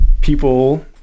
people